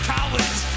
College